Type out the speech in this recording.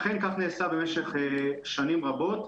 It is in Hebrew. אכן כך נעשה במשך שנים רבות,